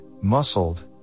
muscled